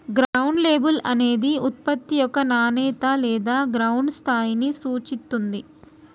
ground label అనేది ఉత్పత్తి యొక్క నాణేత లేదా గ్రౌండ్ స్థాయిని సూచిత్తుంది